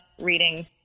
reading